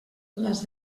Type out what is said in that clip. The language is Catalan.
les